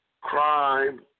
crime